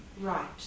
Right